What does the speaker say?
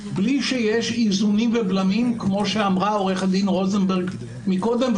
בלי שיש איזונים ובלמים כמו שאמרה עורכת הדין רוזנברג קודם,